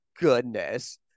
goodness